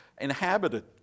inhabited